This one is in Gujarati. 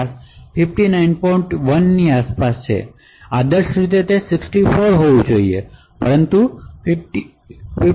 1 ની આસપાસ હેમિંગ અંતર બતાવે છે આદર્શ રીતે તે 64 હોવું જોઈએ પણ 59